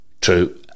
true